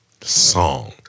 song